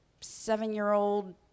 seven-year-old